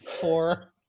four